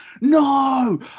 no